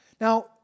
Now